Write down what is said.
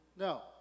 No